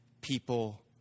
People